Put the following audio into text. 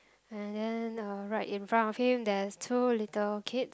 and then uh right in front of him there is two little kids